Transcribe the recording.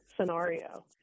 scenario